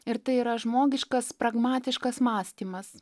ir tai yra žmogiškas pragmatiškas mąstymas